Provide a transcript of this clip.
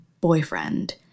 boyfriend